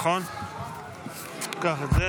רון כץ,